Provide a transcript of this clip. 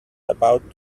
about